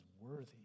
worthy